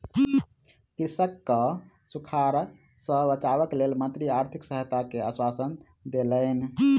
कृषकक सूखाड़ सॅ बचावक लेल मंत्री आर्थिक सहायता के आश्वासन देलैन